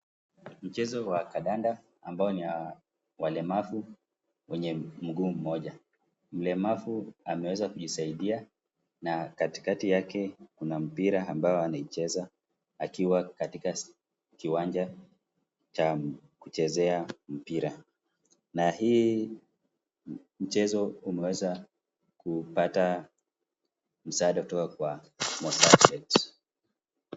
Mchezo wa kandanda ambao ni ya walemavu wenye mguu mmoja. Mlemavu ameweza kusaidia na katikati yake kuna mpira ambao wanaicheza wakiwa katika kiwanja cha kuchezea mpira. Na hii mchezo, umeweka, kupata msaada kutoka kwa.